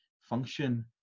function